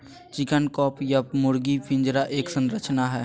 chicken coop या मुर्गी पिंजरा एक संरचना हई,